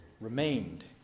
remained